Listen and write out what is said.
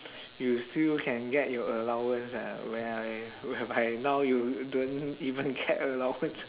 you still can get your allowance ah whereby whereby now you don't even get allowance